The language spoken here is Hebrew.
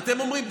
תהיה הוגן.